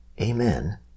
Amen